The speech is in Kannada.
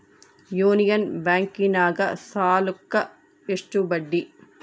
ಯೂನಿಯನ್ ಬ್ಯಾಂಕಿನಾಗ ಸಾಲುಕ್ಕ ಎಷ್ಟು ಬಡ್ಡಿ?